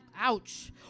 Ouch